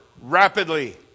rapidly